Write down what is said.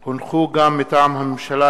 כי הונחו היום על שולחן